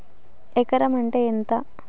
ఎకరం అంటే ఎంత?